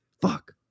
fuck